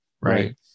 Right